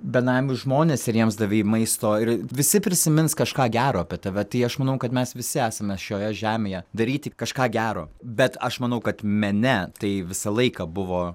benamius žmones ir jiems davei maisto ir visi prisimins kažką gero apie tave tai aš manau kad mes visi esame šioje žemėje daryti kažką gero bet aš manau kad mene tai visą laiką buvo